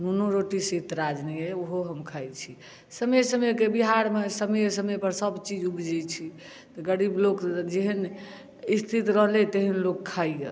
नुनो रोटी सँ ऐतराज नहि अछि ओहो हम खाइ छी समय समय के बिहार मे समय समय पर सबचीज ऊपजै छै तऽ गरीब लोक जेहन स्थित रहलै तेहन लोक खाइया